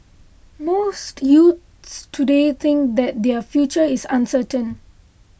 most youths today think that their future is uncertain